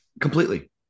Completely